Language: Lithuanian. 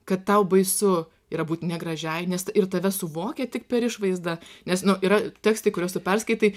kad tau baisu yra būt negražiai nes ir tave suvokia tik per išvaizdą nes nu yra tekstai kuriuos tu perskaitai